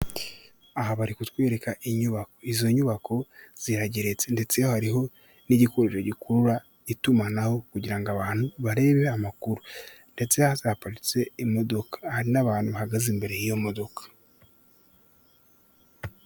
Aha bari kutwereka inyubako, izo nyubako zirageretse ndetse hariho n'igikoresho gikurura itumanaho kugira ngo abantu barebe amakuru, ndetse hasi haparitse imodoka, hari n'abantu bahagaze imbere yiyo modoka.